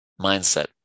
mindset